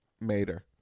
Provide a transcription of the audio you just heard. Mater